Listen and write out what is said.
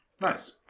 Nice